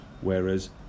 whereas